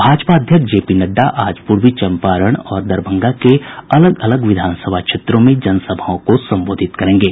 भाजपा अध्यक्ष J P Nadda आज पूर्वी चम्पारण और दरभंगा के अलग अलग विधानसभा क्षेत्रों में जनसभाओं को संबोधित करेंगे